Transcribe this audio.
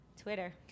Twitter